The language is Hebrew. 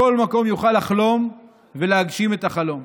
בכל מקום, יוכל לחלום ולהגשים את החלום.